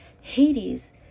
Hades